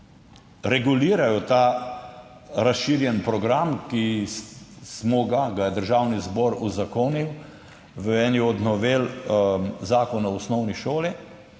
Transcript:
regulirajo ta razširjeni program, ki ga je Državni zbor uzakonil v eni od novel Zakona o osnovni šoli,